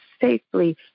safely